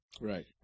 Right